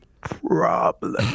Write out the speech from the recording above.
problem